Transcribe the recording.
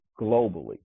globally